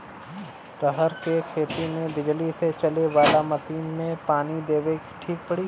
रहर के खेती मे बिजली से चले वाला मसीन से पानी देवे मे ठीक पड़ी?